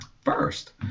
first